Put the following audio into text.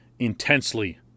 Intensely